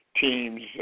teams